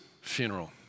funeral